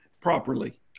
properly